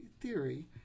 theory